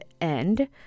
end